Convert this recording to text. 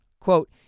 Quote